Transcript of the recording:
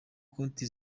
konti